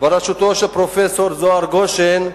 בראשותו של פרופסור זוהר גושן,